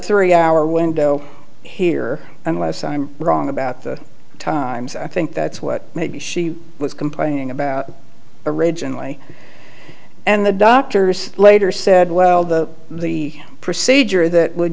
three hour window here unless i'm wrong about the times i think that's what maybe she was complaining about originally and the doctors later said well that the procedure that would